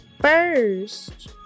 first